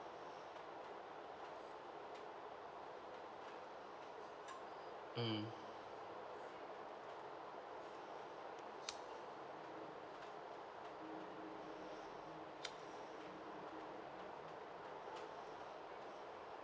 mm